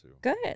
Good